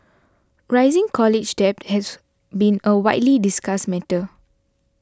rising college debt has been a widely discussed matter